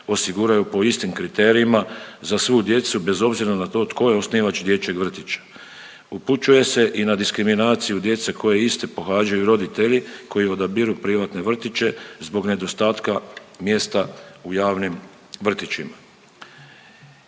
osiguraju po istim kriterijima za svu djecu bez obzira na to tko je osnivač dječjeg vrtić. Upućuje se i na diskriminaciju djece koja je iste pohađaju roditelji koji odabiru privatne vrtiće zbog nedostatka mjesta u javnim vrtićima.